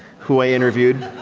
who i interviewed